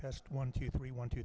test one two three one t